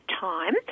time